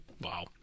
Wow